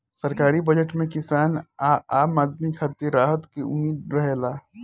सरकारी बजट में किसान आ आम आदमी खातिर राहत के उम्मीद रहेला